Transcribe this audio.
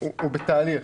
הוא בתהליך.